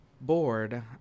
board